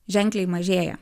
ženkliai mažėja